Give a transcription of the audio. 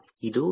ಇದು L